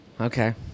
Okay